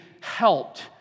helped